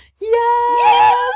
Yes